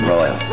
Royal